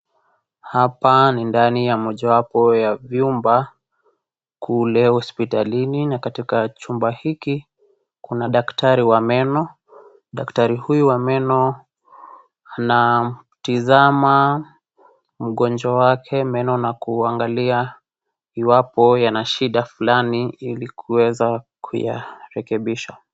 Hapa ni ndani ya mojowapo ya vyumba kule hospitalini, na katika chumba hiki, kuna daktari wa meno. Daktari huyu wa meno anamtizama mgonjwa wake meno, na kuangalia iwapo yana shida ilikuweza kuyareekibisha.